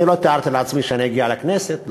לא תיארתי לעצמי שאגיע לכנסת,